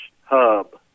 hub